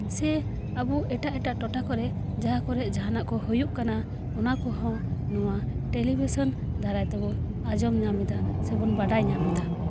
ᱥᱮ ᱟᱵᱚ ᱮᱴᱟᱜ ᱮᱴᱟᱜ ᱴᱚᱴᱷᱟ ᱠᱚᱨᱮᱜ ᱡᱟᱦᱟᱸ ᱠᱚᱨᱮ ᱡᱟᱦᱟᱱᱟᱜ ᱠᱚ ᱦᱩᱭᱩᱜ ᱠᱟᱱᱟ ᱚᱱᱟ ᱠᱚᱦᱚᱸ ᱱᱚᱣᱟ ᱴᱮᱞᱤᱵᱷᱤᱥᱚᱱ ᱫᱟᱨᱟᱭ ᱛᱮᱵᱚᱱ ᱟᱸᱡᱚᱢᱮᱫᱟ ᱥᱮᱵᱚᱱ ᱵᱟᱰᱟᱭ ᱧᱟᱢᱫᱟ